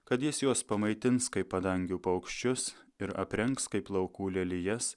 kad jis juos pamaitins kaip padangių paukščius ir aprengs kaip laukų lelijas